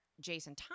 Jason